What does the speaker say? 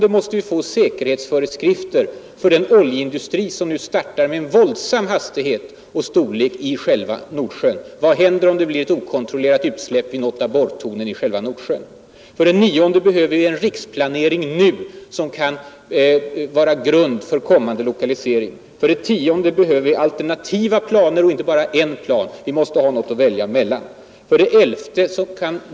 Vi måste få säkerhetsföreskrifter för de oljeborrningar som nu startar med våldsam hastighet och storlek i själva Nordsjön. Vad händer om det blir ett okontrollerat utsläpp i något av borrtornen i själva Nordsjön? 9. Vi behöver en riksplanering nu, som kan vara grund för kommande lokaliseringar, 10. Vi behöver alternativa planer och inte bara en plan. Vi måste ha något att välja emellan. 11.